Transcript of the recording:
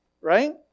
right